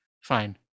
fine